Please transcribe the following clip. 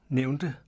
nævnte